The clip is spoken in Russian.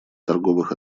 торговых